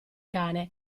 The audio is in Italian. cane